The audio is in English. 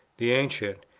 the ancient,